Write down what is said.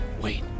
Wait